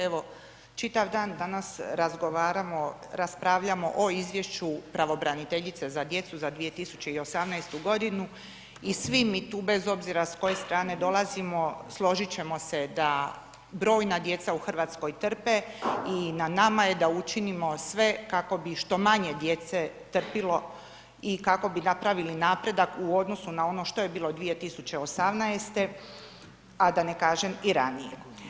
Evo čitav dan danas razgovaramo, raspravljamo o izvješću pravobraniteljice za djecu za 2018. g. i svi mi tu bez obzira s koje strane dolazimo, složit ćemo se da brojna djeca u Hrvatskoj trpe i na nama je da učinimo sve kako bi što manje djece trpilo i kako bi napravili napredak u odnosu na ono što je bilo 2018. a da ne kažem i ranije.